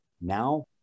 now